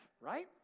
right